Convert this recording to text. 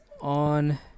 on